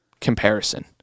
comparison